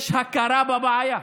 יש הכרה בבעיה,